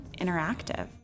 interactive